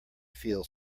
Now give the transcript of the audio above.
feel